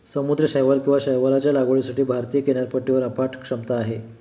समुद्री शैवाल किंवा शैवालच्या लागवडीसाठी भारतीय किनारपट्टीवर अफाट क्षमता आहे